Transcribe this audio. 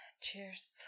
cheers